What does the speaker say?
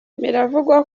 binavugwa